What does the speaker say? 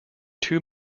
two